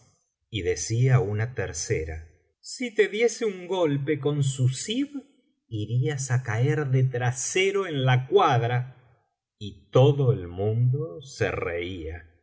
y decía una tercera si te diese un golpe con su zib irías á caer de trasero en la cuadra y todo el mundo se reía la